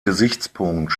gesichtspunkt